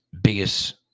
biggest